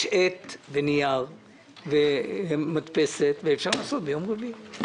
יש עט ונייר ומדפסת ואפשר לנסות ביום רביעי,